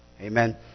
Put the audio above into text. Amen